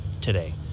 today